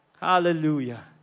Hallelujah